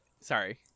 Sorry